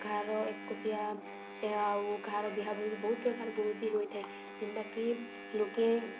କାହାର ଏକୋଇଶିଆ ଆଉ କାହାର ବିହା ଭୁଜି ବହୁତ୍ ପ୍ରକାର୍ ଭୁଜି ହୋଇଥାଏ ଯେନ୍ଟାକି ଲୋକେ